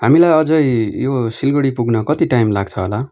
हामीलाई अझै यो सिलगढी पुग्न कति टाइम लाग्छ होला